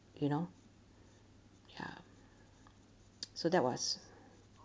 you know ya so that was